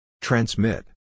Transmit